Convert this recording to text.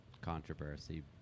controversy